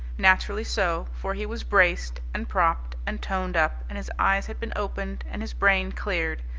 naturally so. for he was braced, and propped, and toned up, and his eyes had been opened, and his brain cleared,